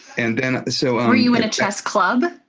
and and so um were you in a chess club?